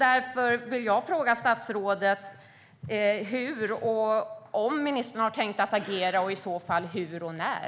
Därför vill jag fråga statsrådet om ministern har tänkt agera och i så fall hur och när.